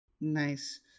Nice